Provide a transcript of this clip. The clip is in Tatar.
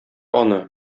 аны